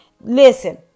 Listen